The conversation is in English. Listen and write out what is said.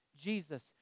Jesus